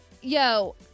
Yo